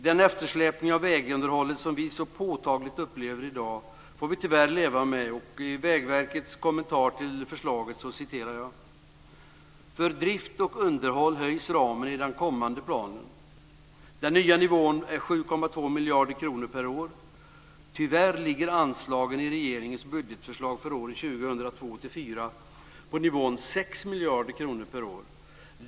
Den eftersläpning av vägunderhållet som vi så påtagligt upplever i dag får vi tyvärr leva med. I Vägverkets kommentar till förslaget citerar jag: "För drift och underhåll höjs ramen i den kommande planen. Den nya nivån är 7,2 miljarder kronor per år. Tyvärr ligger anslagen i regeringens budgetförslag för åren 2002-2004 på nivån 6 miljarder kronor per år.